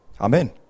Amen